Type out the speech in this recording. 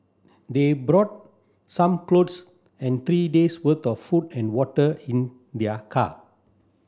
they brought some clothes and three days worth of food and water in their car